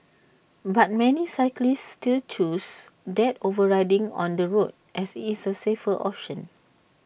but many cyclists still choose that over riding on the road as IT is the safer option